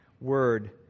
word